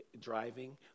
driving